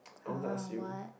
I won't ask you